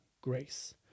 grace